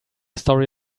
story